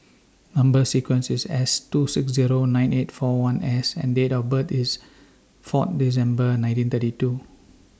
Number sequence IS S two six Zero nine eight four one S and Date of birth IS four December nineteen thirty two